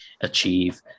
achieve